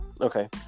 okay